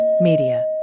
Media